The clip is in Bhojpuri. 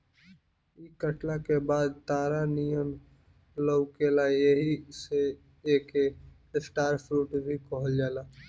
इ कटला के बाद तारा नियन लउकेला एही से एके स्टार फ्रूट भी कहल जाला